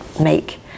make